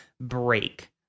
break